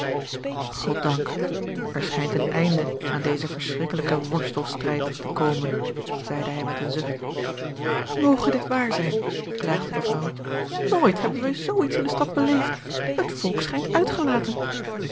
goddank er schijnt een einde aan dezen verschrikkelijken worstelstrijd te komen zeide hij met een zucht moge dit waar zijn klaagde de vrouw nooit hebben wij zoo iets in de stad beleefd het volk schijnt uitgelaten